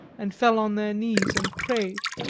and fell on their knees and prayed.